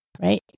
right